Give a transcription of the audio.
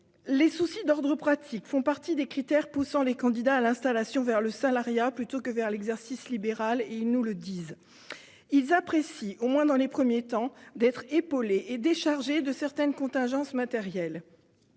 Les soucis d'ordre pratique font partie des critères poussant les candidats à l'installation vers le salariat plutôt que vers l'exercice libéral. Ils nous le disent. Ils apprécient, au moins dans les premiers temps, d'être épaulés et déchargés de certaines contingences matérielles.